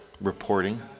reporting